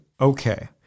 Okay